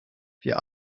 wir